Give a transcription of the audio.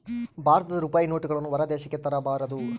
ಭಾರತದ ರೂಪಾಯಿ ನೋಟುಗಳನ್ನು ಹೊರ ದೇಶಕ್ಕೆ ತರಬಾರದು